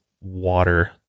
water